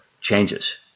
changes